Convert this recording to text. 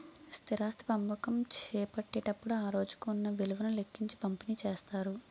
స్థిరాస్తి పంపకం చేపట్టేటప్పుడు ఆ రోజుకు ఉన్న విలువను లెక్కించి పంపిణీ చేస్తారు